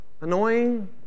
annoying